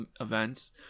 events